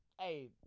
hey